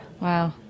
Wow